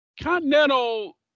Continental